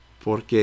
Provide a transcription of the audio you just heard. Porque